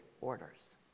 orders